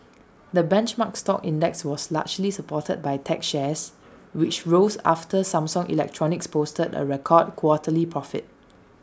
the benchmark stock index was largely supported by tech shares which rose after Samsung electronics posted A record quarterly profit